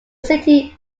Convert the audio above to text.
city